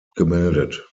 gemeldet